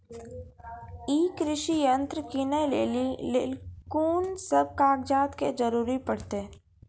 ई कृषि यंत्र किनै लेली लेल कून सब कागजात के जरूरी परतै?